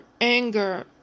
anger